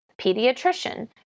pediatrician